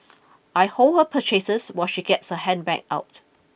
I hold her purchases while she gets her handbag out